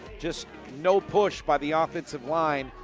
just no push by the offensive line.